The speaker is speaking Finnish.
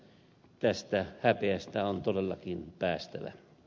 tästä häpeästä on todellakin päästävä